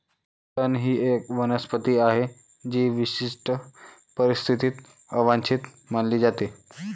तण ही एक वनस्पती आहे जी विशिष्ट परिस्थितीत अवांछित मानली जाते